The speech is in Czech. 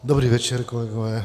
Dobrý večer, kolegové.